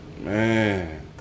Man